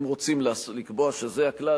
אם רוצים לקבוע שזה הכלל,